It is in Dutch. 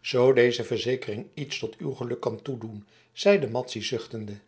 zoo deze verzekering iets tot uw geluk kan toedoen zeide madzy zuchtende